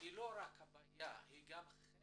היא לא רק הבעיה היא גם חלק